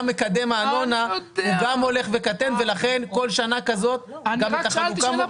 גם המקדם הולך וקטן ולכן כל שנה כזאת מורידה את החלוקה.